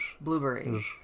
Blueberries